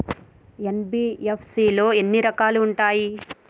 NBFC లో ఎన్ని రకాలు ఉంటాయి?